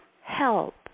help